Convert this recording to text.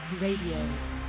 Radio